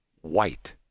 white